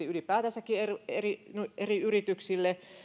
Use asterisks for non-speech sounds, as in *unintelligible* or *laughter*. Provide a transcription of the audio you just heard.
*unintelligible* ylipäätänsäkin eri eri yrityksille